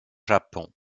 japon